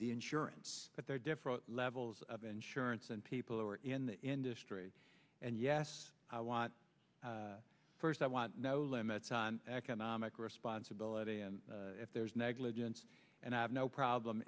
the insurance but there are different levels of insurance and people who are in the industry and yes i want first i want no limits on economic responsibility and if there's negligence and i have no problem